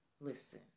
Listen